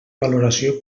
valoració